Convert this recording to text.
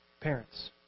Parents